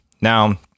Now